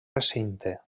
recinte